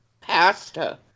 pasta